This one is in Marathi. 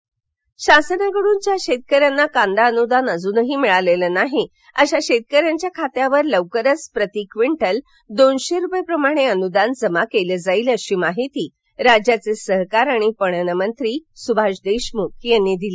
कांदा सोलापूर शासनाकडून ज्या शेतकऱ्यांना कांदा अनुदान अजूनही मिळालं नाही अशा शेतकऱ्यांच्या खात्यावर लवकरच प्रति क्विंटल दोनशे रुपये प्रमाणे अनुदान जमा करण्यात येईल अशी माहिती राज्याचे सहकार आणि पणनमंत्री सुभाष देशमुख यांनी दिली